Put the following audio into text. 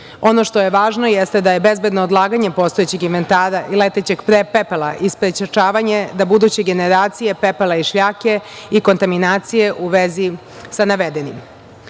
Ono što je važno, jeste da je bezbedno odlaganje postojećeg inventara i letećeg pepela i sprečavanje da buduće generacije pepela i šljake i kontaminacije u vezi sa navedenim. Naredni